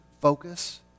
focus